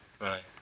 Right